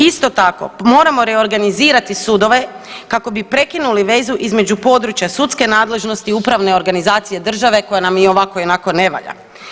Isto tako moramo reorganizirati sudove kako bi prekinuli vezu između područja sudske nadležnosti i upravne organizacije države koja nam i ovako i onako ne valja.